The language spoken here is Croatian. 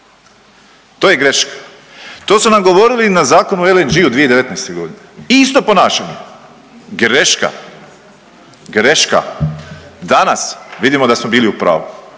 To je greška. To su nam govorili na Zakon o LNG-u 2019.g. isto ponašanje. Greška, greška. Danas vidimo da smo bili u pravu